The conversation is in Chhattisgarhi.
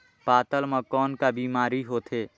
पातल म कौन का बीमारी होथे?